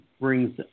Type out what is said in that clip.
brings